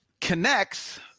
Connects